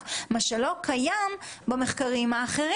היק"ר עושה מה שאומרת לו מדינת ישראל.